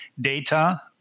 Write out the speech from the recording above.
data